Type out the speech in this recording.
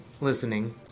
listening